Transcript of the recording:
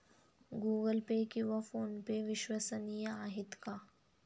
Google Pay किंवा PhonePe विश्वसनीय आहेत का?